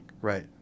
Right